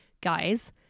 guys